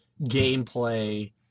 gameplay